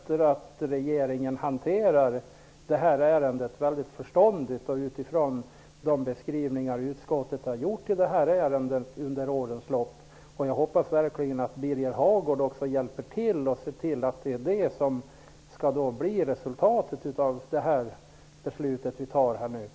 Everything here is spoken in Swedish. Herr talman! Regeringen hanterar det här ärendet mycket förståndigt med utgångspunkt från de beskrivningar utskottet gjort i ärendet under årens lopp. Jag hoppas verkligen att Birger Hagård hjälper till och ser till att det blir resultat av det beslut vi här skall fatta.